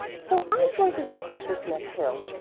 so i'm going to walk up this next hill.